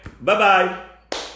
bye-bye